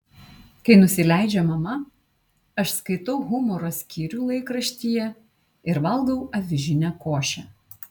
kai nusileidžia mama aš skaitau humoro skyrių laikraštyje ir valgau avižinę košę